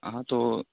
ہاں تو